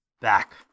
back